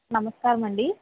నమస్కారమండీ